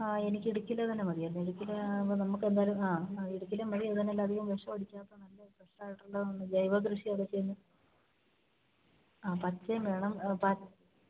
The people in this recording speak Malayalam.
ആ എനിക്ക് ഇടുക്കിയിലെ തന്നെ മതി ഇടുക്കിയിലെ ആകുമ്പം നമുക്ക് എന്തോരം ആ ആ ഇടുക്കിയിലെ മഴയായത് കാണം എല്ലാ അധികവും വിഷം അടിക്കാത്ത നല്ല ഫ്രഷായിട്ടുള്ളതാണ് ജൈവകൃഷിയൊക്കെ ചെന്ന് ആ പച്ചയും വേണം പ